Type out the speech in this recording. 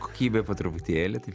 kokybė po truputėlį taip